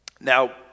Now